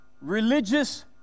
Religious